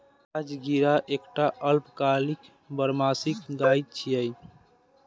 राजगिरा एकटा अल्पकालिक बरमसिया गाछ छियै